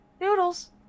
Noodles